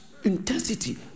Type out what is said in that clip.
intensity